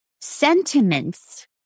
sentiments